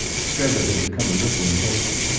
strether had become a little impatient.